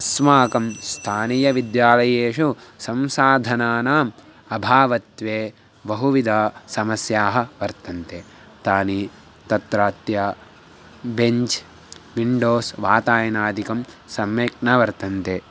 अस्माकं स्थानीयविद्यालयेषु संसाधनानाम् अभावत्वे बहुविधसमस्याः वर्तन्ते तानि तत्रत्याः बेञ्च् विण्डोस् वातायनादिकं सम्यक् न वर्तन्ते